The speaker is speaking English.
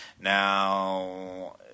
Now